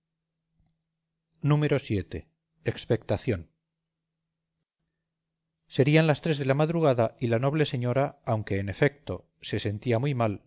llegado vii expectación serían las tres de la madrugada y la noble señora aunque en efecto se sentía muy mal